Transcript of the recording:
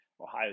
Ohio